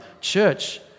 Church